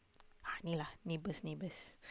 ah ini lah neighbors neighbors